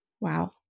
Wow